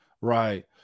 Right